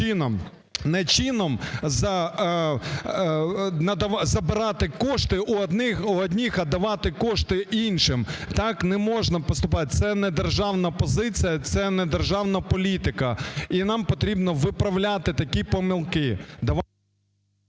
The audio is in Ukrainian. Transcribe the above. не чином забирати кошти у одних, а давати кошти іншим. Так неможна поступати, це недержавна позиція, це недержавна політика. І нам потрібно виправляти такі помилки.